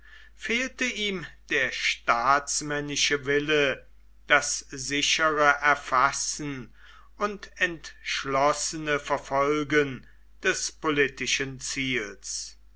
fehlte ihm der staatsmännische wille das sichere erfassen und entschlossene verfolgen des politischen ziels